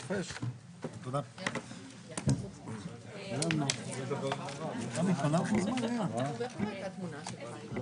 הישיבה ננעלה בשעה 10:11.